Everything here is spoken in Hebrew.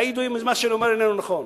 יעידו אם מה שאני אומר איננו נכון,